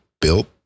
built